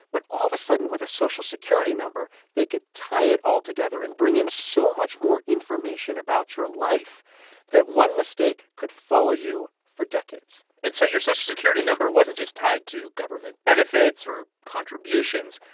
but all of a sudden with a social security number, they could tie it altogether and bring in so much more information about your life that one mistake could follow you for decades and so your social security number wasn't just tied to government benefits or contributions.